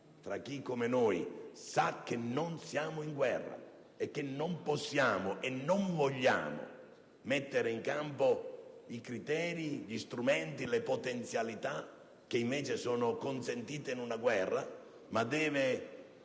gara. Chi, come noi, sa che non siamo in guerra non può e non vuole mettere in campo i criteri, gli strumenti e le potenzialità che invece sono consentite in una guerra, e deve